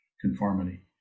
conformity